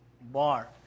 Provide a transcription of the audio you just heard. bar